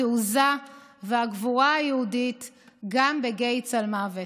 התעוזה והגבורה היהודית גם בגיא צלמוות.